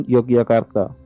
Yogyakarta